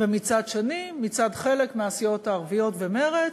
ומצד שני, מצד חלק מהסיעות הערביות ומרצ,